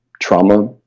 trauma